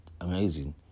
amazing